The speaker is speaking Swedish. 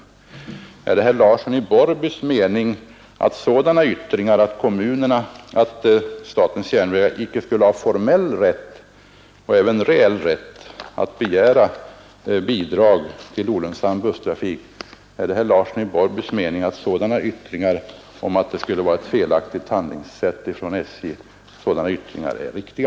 Är det herr Larssons i Borrby uppfattning att sådana 137 meningsyttringar som att statens järnvägar inte skulle ha formell och även reell rätt, att begära bidrag till olönsam busstrafik skulle vara riktiga?